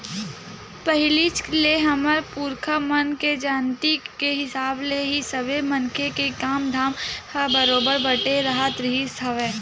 पहिलीच ले हमर पुरखा मन के जानती के हिसाब ले ही सबे मनखे के काम धाम ह बरोबर बटे राहत रिहिस हवय